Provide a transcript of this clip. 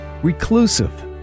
Reclusive